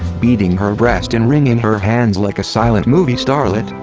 beating her breast and wringing her hands like a silent movie starlet,